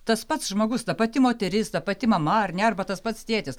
tas pats žmogus ta pati moteris ta pati mama ar ne arba tas pats tėtis